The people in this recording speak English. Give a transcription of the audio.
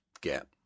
get